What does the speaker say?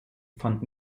fand